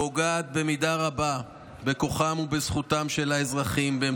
פוגעת במידה רבה בכוחם ובזכותם של האזרחים להחליט